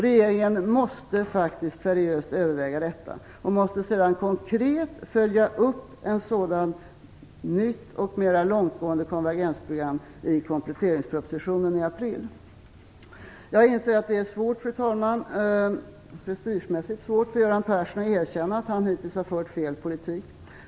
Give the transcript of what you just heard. Regeringen måste faktiskt seriöst överväga detta och sedan konkret följa upp ett sådant nytt och mera långtgående konvergensprogram i kompletteringspropositionen i april. Fru talman! Jag inser att det är prestigemässigt svårt för Göran Persson att erkänna att han hittills har fört fel politik.